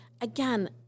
again